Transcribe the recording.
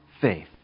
faith